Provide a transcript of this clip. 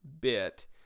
bit